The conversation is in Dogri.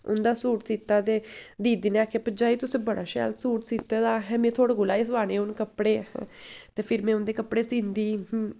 उं'दा सूट सीता ते दीदी ने आखेआ भरजाई तुसें बड़ा शैल सूट सीते दा अहें में थुआढ़े कोला गै सिलाने हून कपड़े ते फिर में उं'दे कपड़े सींदी ही